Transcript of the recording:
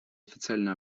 официально